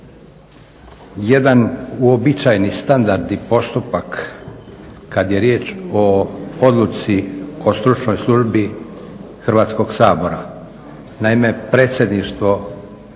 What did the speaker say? Jedan uobičajeni standardni postupak kad je riječ o odluci o stručnoj službi Hrvatskog sabora. Naime predsjedništvo Hrvatskog